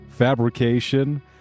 fabrication